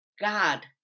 God